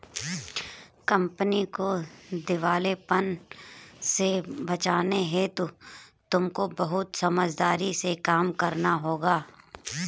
company को दिवालेपन से बचाने हेतु तुमको बहुत समझदारी से काम करना होगा